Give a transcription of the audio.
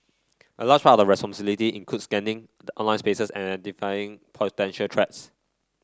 a large part of their responsibilities includes scanning the online space and identifying potential threats